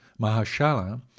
Mahashala